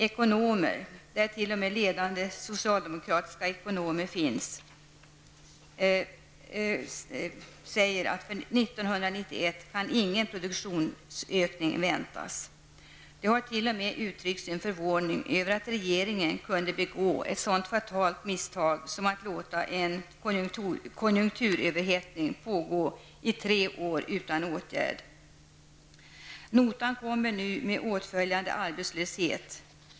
Ekonomer -- ja, t.o.m. ledande socialdemokratiska ekonomer -- säger att man inte kan förvänta sig någon produktionsökning 1991. De har t.o.m. uttryckt sin förvåning över att regeringen kunde begå ett sådant fatalt misstag som att låta en konjunkturöverhettning pågå i tre år utan åtgärd. Nu kommer notan med åtföljande arbetslöshet.